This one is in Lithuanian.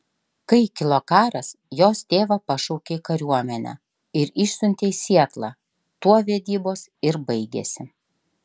kai kilo karas jos tėvą pašaukė į kariuomenę ir išsiuntė į sietlą tuo vedybos ir baigėsi